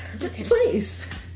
please